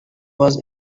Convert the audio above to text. was